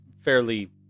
fairly